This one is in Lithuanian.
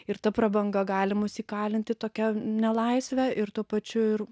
ir ta prabanga gali mus įkalint į tokią nelaisvę ir tuo pačiu ir